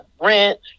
rent